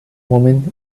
woman